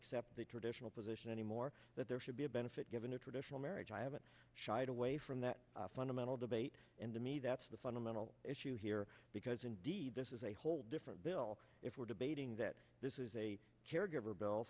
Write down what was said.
accept the traditional position anymore that there should be a benefit given a traditional marriage i haven't shied away from that fundamental debate and to me that's the fundamental issue here because indeed this is a whole different bill if we're debating that this is a caregiver bill